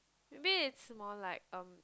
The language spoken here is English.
maybe it's more like um